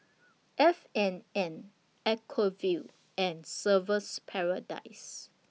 F and N Acuvue and Surfer's Paradise